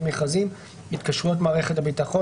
המכרזים (התקשרויות מערכת הביטחון),